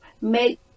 make